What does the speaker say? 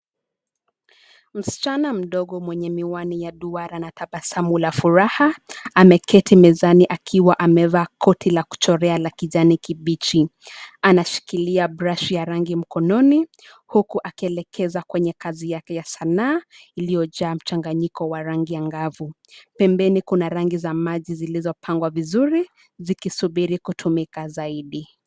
Msichana mdogo mwenye miwani ya duara na tabasamu la furaha, ameketi mezani akiwa amevaa koti la kuchorea la kijani kibichi, anashikilia brashi ya rangi mkononi, huku akielekeza kwenye kazi yake ya sanaa, iliyojaa mchanganyiko wa rangi angavu, pembeni kuna rangi za maji zilizopangwa vizuri, zikisubiri kutumika zaidi.